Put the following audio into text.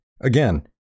again